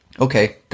Okay